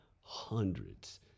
hundreds